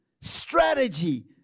strategy